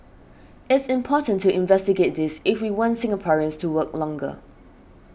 it's important to investigate this if we want Singaporeans to work longer